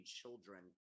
children